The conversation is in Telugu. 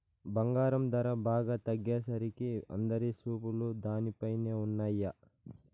బంగారం ధర బాగా తగ్గేసరికి అందరి చూపులు దానిపైనే ఉన్నయ్యి